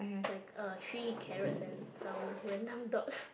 is like uh three carrots and some random dots